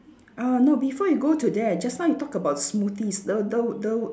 uh no before you go to that just now you talk about smoothies the the the